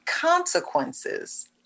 consequences